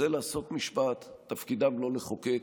הוא לעשות משפט, תפקידם לא לחוקק,